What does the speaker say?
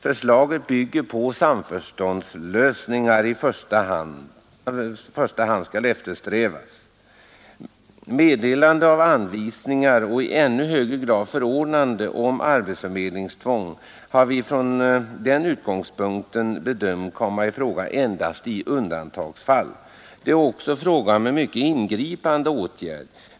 Förslaget bygger på att sam förståndslösningar i första hand skall eftersträvas. Meddelande av anvisningar och i ännu högre grad förordnande om arbetsförmedlingstvång har vi från den utgångspunkten bedömt kan komma i fråga endast i undantagsfall. Det är också fråga om en mycket ingripande åtgärd.